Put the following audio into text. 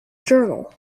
journal